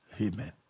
Amen